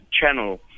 channel